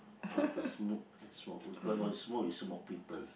not to smoke and smoke because when you smoke you smoke people